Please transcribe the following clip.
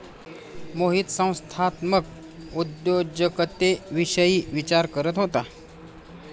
मोहित संस्थात्मक उद्योजकतेविषयी विचार करत होता